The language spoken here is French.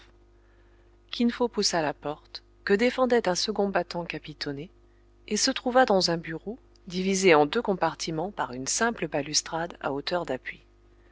kin fo poussa la porte que défendait un second battant capitonné et se trouva dans un bureau divisé en deux compartiments par une simple balustrade à hauteur d'appui